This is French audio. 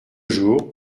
jour